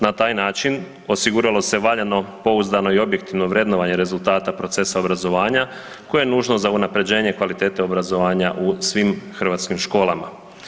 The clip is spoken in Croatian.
Na taj način osiguralo se valjano, pouzdano i objektivno vrednovanje rezultata procesa obrazovanja, koje je nužno za unaprjeđenje kvalitete obrazovanja u svim hrvatskim školama.